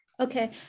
Okay